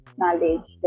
knowledge